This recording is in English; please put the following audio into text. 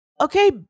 Okay